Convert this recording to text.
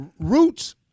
Roots